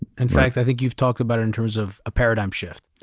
in fact, i think you've talked about in terms of a paradigm shift.